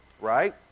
right